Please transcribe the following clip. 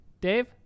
Dave